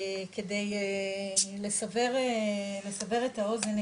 כדי לסבר את האוזן,